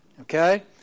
Okay